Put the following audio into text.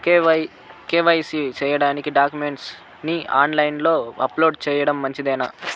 KYC పూర్తి సేయడానికి డాక్యుమెంట్లు ని ఆన్ లైను లో అప్లోడ్ సేయడం మంచిదేనా?